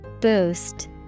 Boost